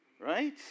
right